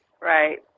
Right